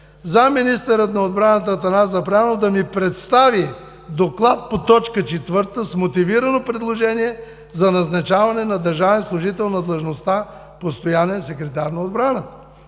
„заместник-министърът на отбраната Атанас Запрянов да ми представи доклад по точка четвърта с мотивирано предложение за назначаване на държавен служител на длъжността „Постоянен секретар на отбраната”.